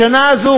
בשנה זו,